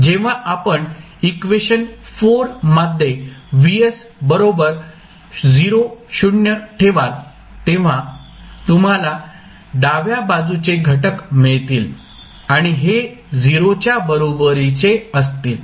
जेव्हा आपण इक्वेशन मध्ये Vs बरोबर 0 ठेवाल तेव्हा तुम्हाला डाव्या बाजूचे घटक मिळतील आणि हे 0 च्या बरोबरीचे असतील